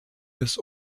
des